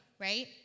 right